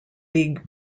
league